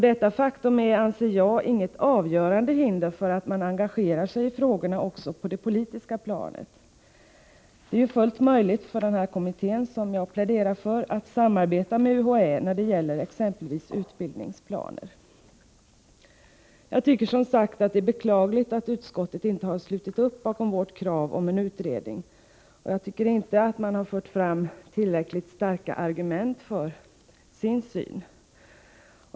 Detta faktum anser jag inte vara ett avgörande hinder för att engagera sig i frågorna också på det politiska planet. Det är fullt möjligt för den här kommittén, som jag pläderar för, att samarbeta med UHÄ när det exempelvis gäller utbildningsplaner. Jag tycker som sagt att det är beklagligt att utskottet inte har slutit upp bakom vårt krav på en utredning. Man har enligt min mening inte fört fram tillräckligt starka argument för sin syn.